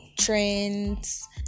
trends